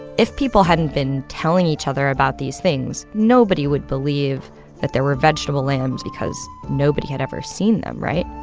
if people hadn't been telling each other about these things, nobody would believe that there were vegetable lambs because nobody had ever seen them, right?